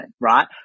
right